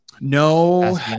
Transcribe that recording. No